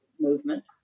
movement